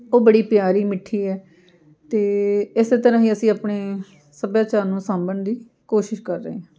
ਉਹ ਬੜੀ ਪਿਆਰੀ ਮਿੱਠੀ ਹੈ ਅਤੇ ਇਸੇ ਤਰ੍ਹਾਂ ਹੀ ਅਸੀਂ ਆਪਣੇ ਸੱਭਿਆਚਾਰ ਨੂੰ ਸਾਂਭਣ ਦੀ ਕੋਸ਼ਿਸ਼ ਕਰ ਰਹੇ ਹਾਂ